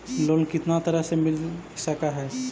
Loan कितना तरह से मिल सक है?